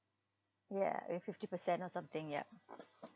ya if fifty percent or something ya